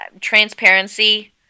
transparency